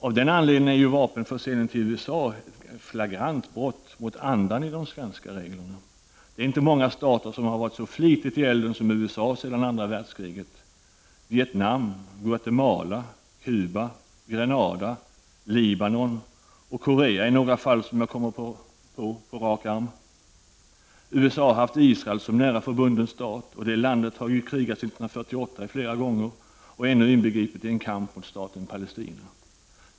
Av den anledningen är vapenförsäljning till USA ett flagrant brott mot andan i de svenska reglerna. Det är inte många stater som har varit så flitigt i elden som USA sedan andra världskriget: Vietnam, Guatemala, Cuba, Granada, Libanon och Korea är några fall som jag på rak arm kommer på. USA har haft Israel som nära förbunden stat, och det landet har krigat sedan 1948 flera gånger och är nu inbegripet i en kamp mot staten Palestina.